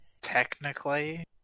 Technically